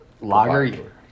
lager